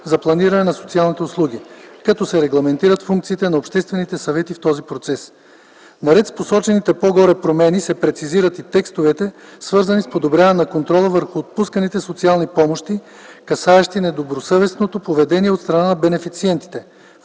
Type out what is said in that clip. за планиране на социалните услуги, като се регламентират функциите на обществените съвети в този процес. Наред с посочените по горе промени се прецизират и текстовете, свързани с подобряване на контрола върху отпусканите социални помощи, касаещи недобросъвестното поведение от страна на бенефициентите,